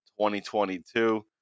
2022